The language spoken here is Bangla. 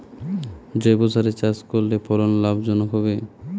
জৈবসারে চাষ করলে ফলন লাভজনক হবে?